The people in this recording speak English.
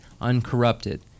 uncorrupted